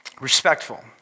Respectful